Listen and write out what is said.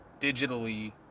digitally